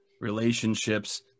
relationships